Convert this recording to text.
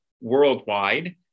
worldwide